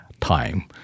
time